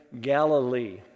Galilee